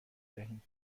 دهیم